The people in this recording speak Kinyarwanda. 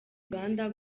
uganda